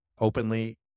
openly